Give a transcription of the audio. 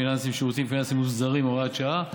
פיננסיים (שירותים פיננסיים מוסדרים) (הוראת שעה),